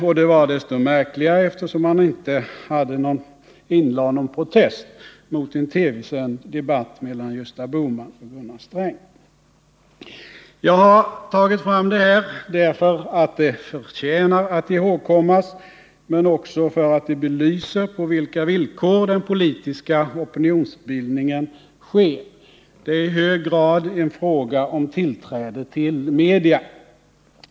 Och det var desto märkligare eftersom man inte inlade någon protest mot en TV-sänd debatt mellan Gösta Bohman och Gunnar Sträng. Jag har tagit fram detta därför att det förtjänar att ihågkommas, men också för att det belyser på vilka villkor den politiska opinionsbildningen sker. Det är i hög grad en fråga om tillträde till media.